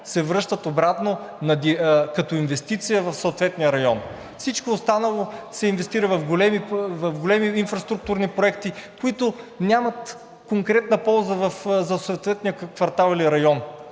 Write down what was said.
се връщат обратно като инвестиция в съответния район. Всичко останало се инвестира в големи инфраструктурни проекти, които нямат конкретна полза за съответния квартал или район.